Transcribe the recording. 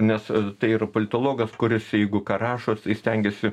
nes tai yra politologas kuris jeigu ką rašo jisai stengiasi